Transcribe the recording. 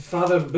Father